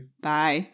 Bye